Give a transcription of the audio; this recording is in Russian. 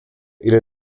или